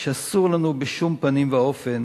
שאסור לנו בשום פנים ואופן